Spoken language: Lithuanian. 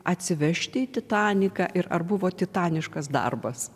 atsivežti titaniką ir ar buvo titaniškas darbas